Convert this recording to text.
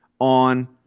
on